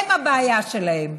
הם הבעיה שלהם.